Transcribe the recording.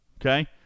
okay